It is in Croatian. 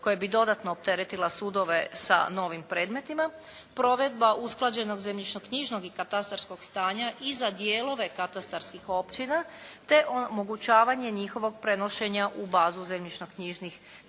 koje bi dodatno opteretila sudove sa novim predmetima, provedba usklađenog zemljišnoknjižnog i katastarskog stanja i za dijelove katastarskih općina te omogućavanje njihovog prenošenja u bazu zemljišnoknjižnih podataka,